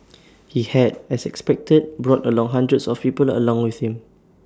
he had as expected brought along hundreds of people along with him